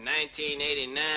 1989